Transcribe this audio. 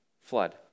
flood